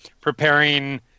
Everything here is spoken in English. preparing